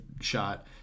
shot